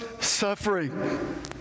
suffering